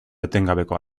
etengabekoa